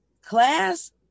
Class